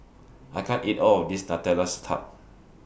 I can't eat All of This nutella's Tart